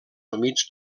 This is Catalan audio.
humits